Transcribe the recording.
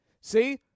See